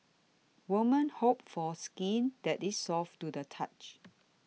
women hope for skin that is soft to the touch